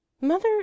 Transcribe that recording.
Mother